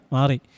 Mari